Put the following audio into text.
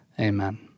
amen